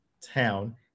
town